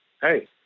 hey